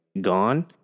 gone